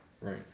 Right